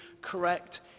correct